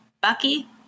Bucky